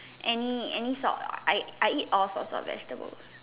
any any sort I I eat all sorts of vegetables